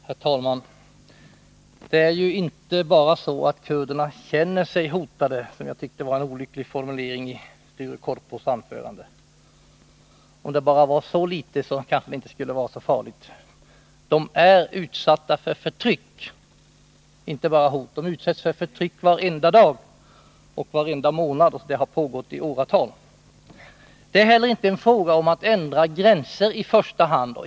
Herr talman! Det är ju inte bara så, att kurderna känner sig hotade. Jag tycker att detta var en olycklig formulering i Sture Korpås anförande. Om det bara hade varit så, hade det kanske inte varit särskilt farligt. Kurderna är utsatta för inte bara hot utan för förtryck. Det sker varenda dag och har pågått i åratal. Det är inte heller i första hand fråga om att ändra gränser.